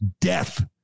death